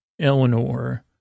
Eleanor